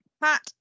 pat